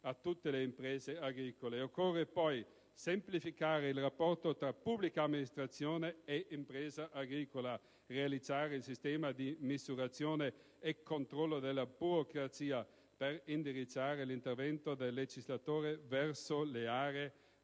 a tutte le imprese agricole. Occorre poi semplificare il rapporto tra pubblica amministrazione e impresa agricola, realizzare il sistema di misurazione e controllo della burocrazia per indirizzare l'intervento del legislatore verso le aree